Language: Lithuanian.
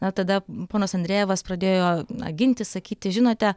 na tada ponas andrejevas pradėjo gintis sakyti žinote